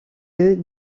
yeux